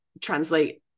translate